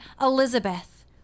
Elizabeth